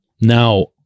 Now